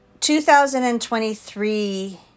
2023